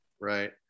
Right